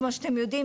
כמו שאתם יודעים,